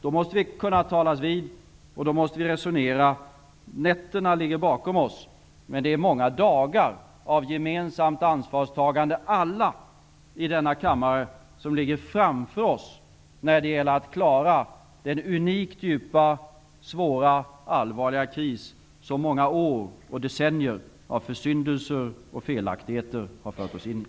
Då måste vi kunna resonera med varandra. Nätterna ligger bakom oss, men det är många dagar av gemensamt ansvarstagande som ligger framför oss alla i denna kammare när det gäller att klara den unikt djupa och allvarliga kris som många år och decennier av försyndelser och felaktigheter har fört oss in i.